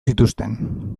zituzten